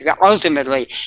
ultimately